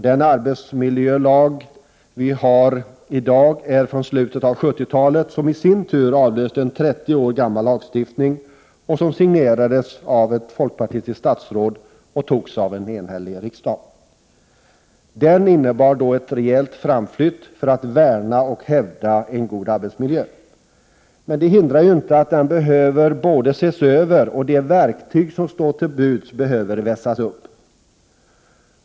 Den arbetsmiljölag som vi i dag har härrör från slutet av 70-talet, och den i sin tur avlöste en 30 år gammal lagstiftning, som signerades av ett folkpartistiskt statsråd och antogs av en enhällig riksdag. Den innebar då en rejäl framflyttning för att värna och hävda en god arbetsmiljö. Men det hindrar inte att det behövs en översyn och att de verktyg som står till buds behöver vässas.